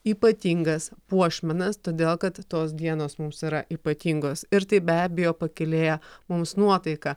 ypatingas puošmenas todėl kad tos dienos mums yra ypatingos ir tai be abejo pakylėja mums nuotaiką